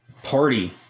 party